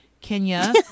Kenya